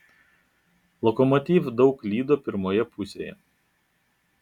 lokomotiv daug klydo pirmoje pusėje